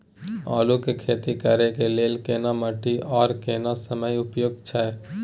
आलू के खेती करय के लेल केना माटी आर केना समय उपयुक्त छैय?